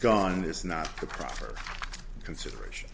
gun is not the proper consideration